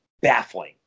baffling